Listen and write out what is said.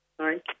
Sorry